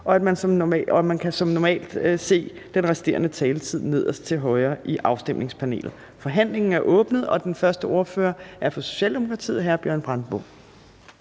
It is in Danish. Og man kan som normalt se den resterende taletid nederst til højre på afstemningspanelet. Forhandlingen er åbnet, og den første ordfører er hr. Bjørn Brandenborg,